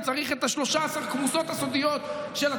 כי צריך את 13 הכמוסות הסודיות של התמרוקים.